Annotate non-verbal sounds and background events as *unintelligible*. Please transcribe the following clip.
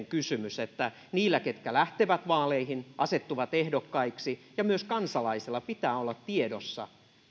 *unintelligible* kysymys että niillä ketkä lähtevät vaaleihin asettuvat ehdokkaiksi ja myös kansalaisilla pitää olla tiedossa